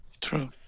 True